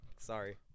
Sorry